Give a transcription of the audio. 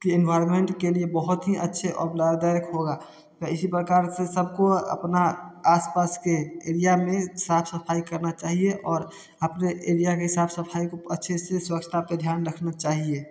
environment के लिए बहुत ही अच्छे और लाभदायक होगा तो इसी प्रकार से सब को अपना आसपास के एरिया में साफ़ सफाई करना चाहिए और अपने एरिया के साफ सफाई को अच्छे से स्वच्छता पर ध्यान रखना चाहिए